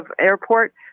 airport